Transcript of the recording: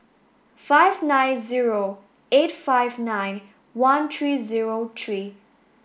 five nine zero eight five nine one three zero three